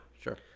sure